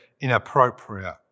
inappropriate